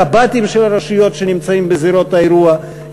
קב"טים של הרשויות שנמצאות בזירות האירוע,